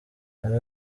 hari